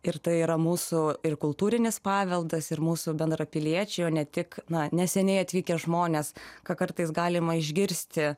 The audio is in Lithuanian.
ir tai yra mūsų ir kultūrinis paveldas ir mūsų bendrapiliečių ne tik na neseniai atvykę žmonės ką kartais galima išgirsti